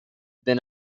been